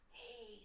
hey